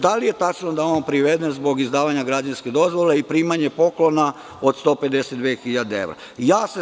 Da li je tačno da je on priveden zbog izdavanja građevinske dozvole i primanje poklona od 152 hiljade evra?